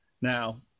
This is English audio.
Now